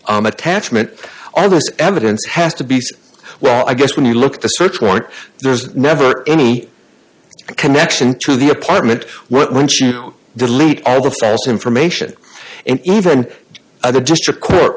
attachment every evidence has to be said well i guess when you look at the search warrant there's never any connection to the apartment once you delete all the best information and even the district court